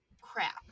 crap